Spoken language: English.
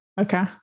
Okay